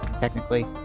technically